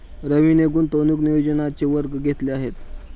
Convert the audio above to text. रवीने गुंतवणूक नियोजनाचे वर्ग घेतले आहेत